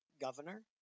governor